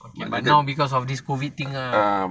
but now because of this COVID thing lah